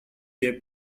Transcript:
their